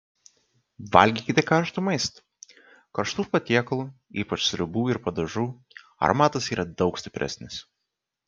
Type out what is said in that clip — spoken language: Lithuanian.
valgykite karštą maistą karštų patiekalų ypač sriubų ir padažų aromatas yra daug stipresnis